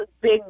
big